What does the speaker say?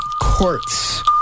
quartz